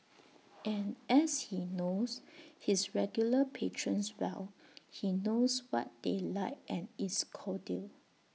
and as he knows his regular patrons well he knows what they like and is cordial